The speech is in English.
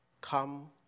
come